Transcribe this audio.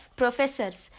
professors